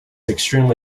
extremely